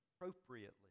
appropriately